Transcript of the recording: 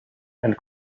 and